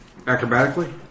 acrobatically